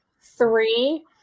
three